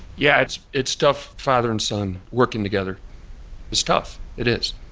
yeah, it's it's tough. father and son working together is tough. it is